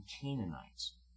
Canaanites